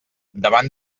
davant